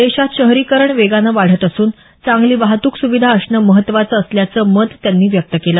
देशात शहरीकरण वेगानं वाढत असून चांगली वाहतूक सुविधा असणं महत्वाचं असल्याचं मत त्यांनी व्यक्त केलं